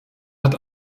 hat